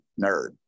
nerd